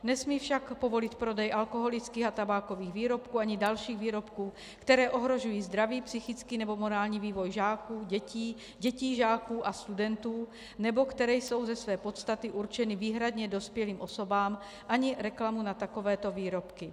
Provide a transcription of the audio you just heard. Nesmí však povolit prodej alkoholických a tabákových výrobků ani dalších výrobků, které ohrožují zdraví, psychický nebo morální vývoj žáků, dětí, dětí žáků a studentů nebo které jsou ze své podstaty určeny výhradně dospělým osobám, ani reklamu na takovéto výrobky.